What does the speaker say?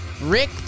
Rick